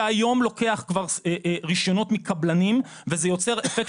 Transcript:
שהיום לוקח כבר רישיונות מקבלנים וזה יוצר אפקט